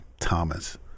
Thomas